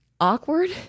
awkward